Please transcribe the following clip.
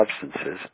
substances